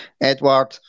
Edward